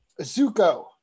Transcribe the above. Zuko